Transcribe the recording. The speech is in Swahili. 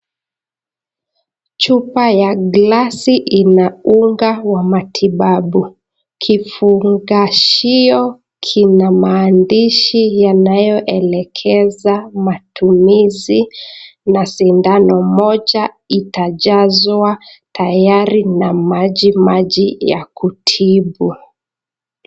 Chupa ya glasi ina unga ya matibabu. Kifungashio kina maandishi yanayoelekeza matumizi na sindano moja itajazwa tayari na maji maji ya kutibu.